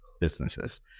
businesses